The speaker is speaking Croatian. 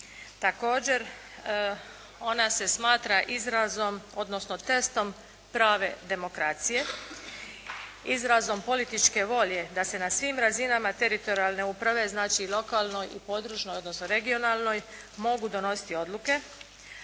Također, ona se smatra izrazom odnosno testom prave demokracije, izrazom političke volje da se na svim razinama teritorijalne uprave znači i lokalnoj i područnoj odnosno regionalnoj mogu donositi odluke.